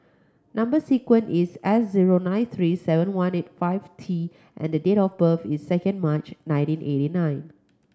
number sequence is S zero nine three seven one eight five T and the date of birth is second March nineteen eighty nine